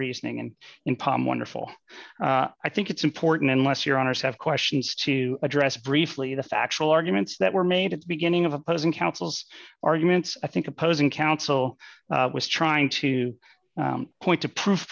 reasoning and in palm wonderful i think it's important unless your honour's have questions to address briefly the factual arguments that were made at the beginning of opposing counsel's arguments i think opposing counsel was trying to point to pro